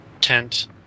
tent